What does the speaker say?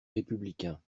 républicains